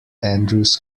andrews